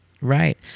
Right